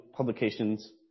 Publications